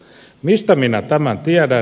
mistä minä tämän tiedän